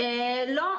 לא.